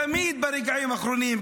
תמיד ברגעים האחרונים,